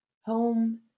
home